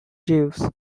jews